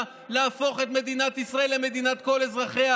להפוך את מדינת ישראל למדינת כל אזרחיה,